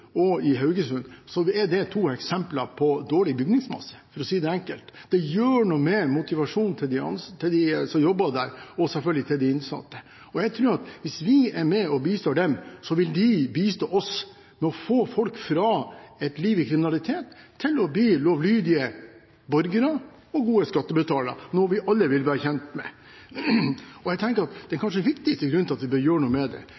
og i Haugesund er to eksempler på dårlig bygningsmasse, for å si det enkelt. Det gjør noe med motivasjonen til dem som jobber der, og selvfølgelig til de innsatte. Jeg tror at hvis vi er med og bistår dem, vil de bistå oss med å få folk fra et liv i kriminalitet til å bli lovlydige borgere og gode skattebetalere – noe vi alle vil være tjent med. Den kanskje viktigste grunnen til at vi bør gjøre noe med det,